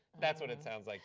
that's what it sound like